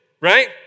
right